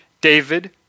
David